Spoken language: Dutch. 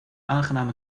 aangename